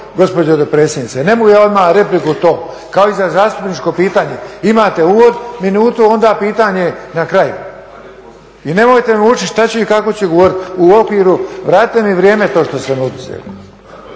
gospođo dopredsjednice. Ne mogu ja odmah repliku to kao i za zastupničko pitanje. Imate uvod minutu, onda pitanje na kraju i nemojte me učiti šta ću i kako ću govoriti u okviru. Vratite mi vrijeme to što ste mi